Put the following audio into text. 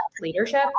leadership